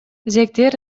зектер